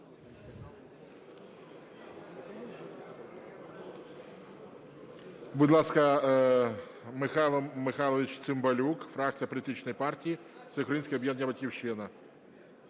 Будь ласка, Михайло Михайлович Цимбалюк, фракція політичної партії "Всеукраїнське об'єднання "Батьківщина".